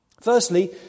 Firstly